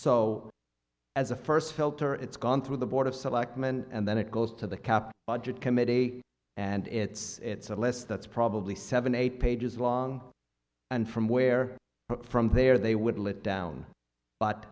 so as a first filter it's gone through the board of selectmen and then it goes to the cap budget committee and it's a less that's probably seven eight pages long and from where from there they would let down but